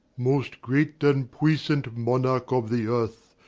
most great and puissant monarch of the earth,